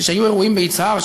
כשהיו אירועים ביצהר,